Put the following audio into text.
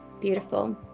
Beautiful